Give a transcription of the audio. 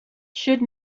should